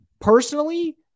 Personally